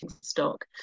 stock